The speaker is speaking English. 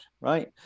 right